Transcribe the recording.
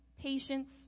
patience